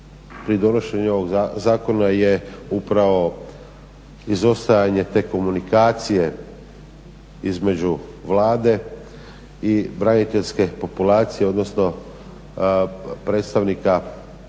pri donošenju ovog zakona je upravo izostajanje te komunikacije između Vlade i braniteljske populacije odnosno predstavnika,